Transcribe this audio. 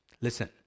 Listen